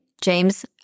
James